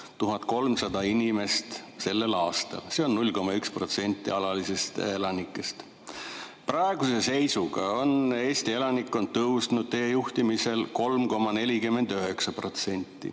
1300 inimest sel aastal, see on 0,1% alalistest elanikest. Praeguse seisuga on Eesti elanikkond tõusnud teie juhtimisel 3,49%